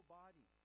body